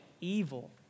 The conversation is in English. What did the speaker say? Evil